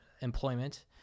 employment